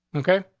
okay,